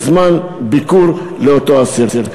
לאפשר יותר זמן ביקור לאותו אסיר.